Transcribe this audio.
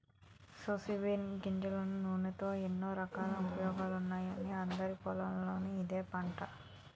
soybean గింజల నూనెతో ఎన్నో రకాల ఉపయోగాలున్నాయని అందరి పొలాల్లోనూ ఇదే పంట